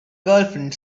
girlfriend